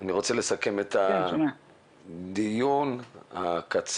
אני רוצה לסכם את הדיון הקצר